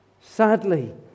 Sadly